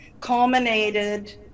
culminated